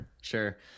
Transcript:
sure